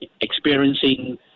experiencing